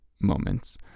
moments